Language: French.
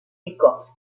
décor